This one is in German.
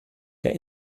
der